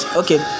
okay